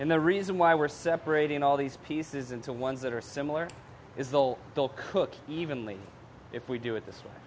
and the reason why we're separating all these pieces into ones that are similar is they'll still cook evenly if we do it this way